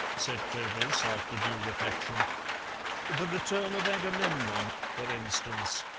said clovis, after due reflection the return of agamemnon, for instance.